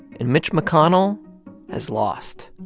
and mitch mcconnell has lost.